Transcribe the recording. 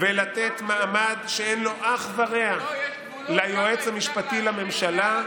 ולתת מעמד שאין לו אח ורע ליועץ המשפטי לממשלה,